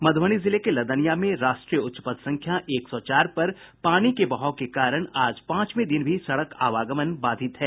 मध्यबनी जिले के लदनिया में राष्ट्रीय उच्च पथ संख्या एक सौ चार पर पानी के बहाव के कारण आज पांचवें दिन भी सड़क आवागमन बाधित है